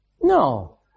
No